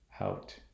out